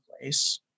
place